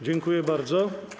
Dziękuję bardzo.